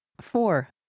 Four